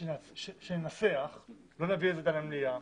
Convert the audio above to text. לא להביא למליאה,